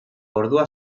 ordua